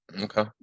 okay